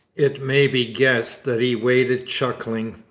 it may be guessed that he waited chuckling.